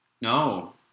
No